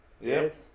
Yes